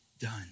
done